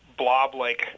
blob-like